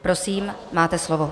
Prosím, máte slovo.